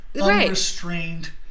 unrestrained